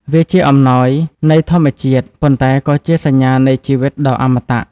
វាជាអំណោយនៃធម្មជាតិ ប៉ុន្តែក៏ជាសញ្ញានៃជីវិតដ៏អមតៈ។